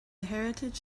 heritage